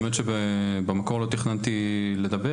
האמת שלא תכננתי לדבר,